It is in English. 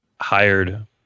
hired